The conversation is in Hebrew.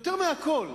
יותר מהכול,